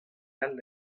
all